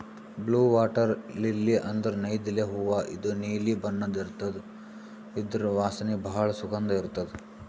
blue water lily ಅಂದ್ರ ನೈದಿಲೆ ಹೂವಾ ಇದು ನೀಲಿ ಬಣ್ಣದ್ ಇರ್ತದ್ ಇದ್ರ್ ವಾಸನಿ ಭಾಳ್ ಸುಗಂಧ್ ಇರ್ತದ್